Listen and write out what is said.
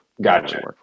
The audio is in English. Gotcha